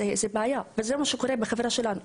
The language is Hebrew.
אז זו בעיה וזה מה שקורה בחברה שלנו.